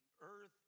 earth